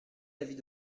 l’avis